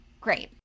Great